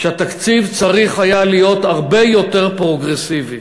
שהתקציב צריך היה להיות הרבה יותר פרוגרסיבי.